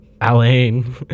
Alain